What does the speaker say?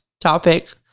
topic